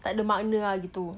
tak ada makna ah gitu